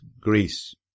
Greece